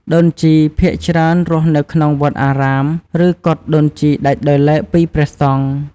ដូនជីភាគច្រើនរស់នៅក្នុងវត្តអារាម ឬកុដិដូនជីដាច់ដោយឡែកពីព្រះសង្ឃ។